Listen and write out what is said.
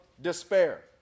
despair